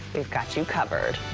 we've got you covered.